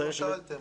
לא שאלתם.